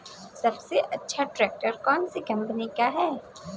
सबसे अच्छा ट्रैक्टर कौन सी कम्पनी का है?